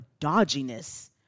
dodginess